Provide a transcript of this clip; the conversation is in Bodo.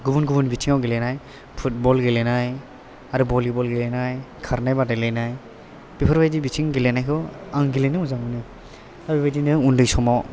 गुबुन गुबुन बिथिङाव गेलेनाय फुटबल गेलेनाय आरो भलिबल गेलेनाय खारनाय बादायलायनाय बेफोरबायदि बिथिं गेलेनायखौ आं गेलेनो मोजां मोनो ओमफ्राय बेफोर बायदिनो उन्दै समाव